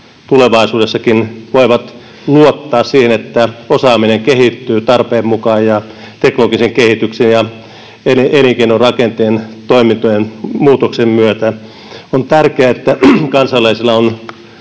tulevaisuudessakin voivat luottaa siihen, että osaaminen kehittyy tarpeen mukaan teknologisen kehityksen ja elinkeinorakenteen toimintojen muutoksen myötä. On tärkeää, että kansalaisilla on